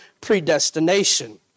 predestination